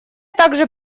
также